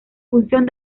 función